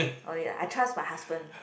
okay I trust my husband